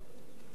ברור שלא.